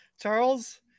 Charles